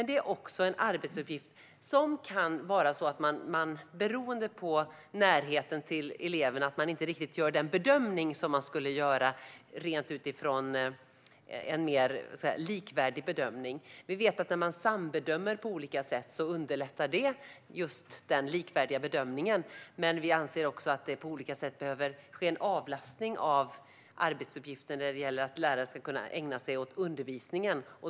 Det är också en arbetsuppgift som beroende på närheten till eleverna gör att man inte riktigt gör den bedömning som man skulle göra utifrån en mer likvärdig utgångspunkt. Vi vet att när man sambedömer på olika sätt underlättar det den likvärdiga bedömningen. Vi anser att det på olika sätt behöver ske en avlastning av arbetsuppgifter för att lärare ska kunna ägna sig åt undervisningen.